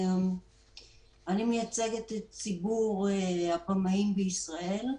אני מייצגת את ציבור הבמאים בישראל.